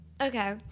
Okay